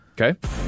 Okay